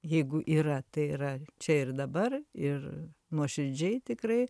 jeigu yra tai yra čia ir dabar ir nuoširdžiai tikrai